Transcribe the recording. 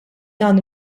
dan